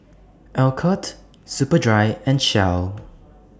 Alcott Superdry and Shell